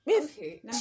okay